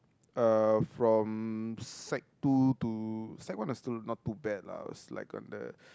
uh from sec two to sec one I still not too bad lah I was like on the